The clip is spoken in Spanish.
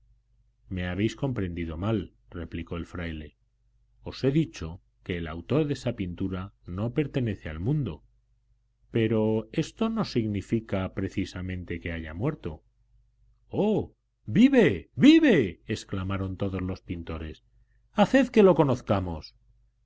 me habéis comprendido mal replicó el fraile os he dicho que el autor de esa pintura no pertenece al mundo pero esto no significa precisamente que haya muerto oh vive vive exclamaron todos los pintores haced que lo conozcamos